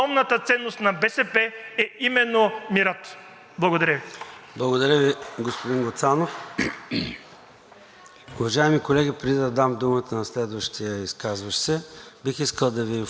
Уважаеми колеги, преди да дам думата на следващия изказващ се, бих искал да Ви информирам за оставащото време на парламентарните групи, след като удължихме времето: ГЕРБ-СДС – 33 минути,